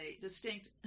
distinct